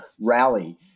Rally